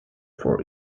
for